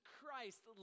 Christ